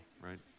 right